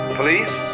police